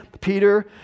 Peter